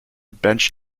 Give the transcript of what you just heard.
bench